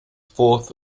forth